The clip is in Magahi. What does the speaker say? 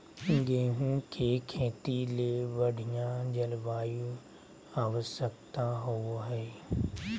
गेहूँ के खेती ले बढ़िया जलवायु आवश्यकता होबो हइ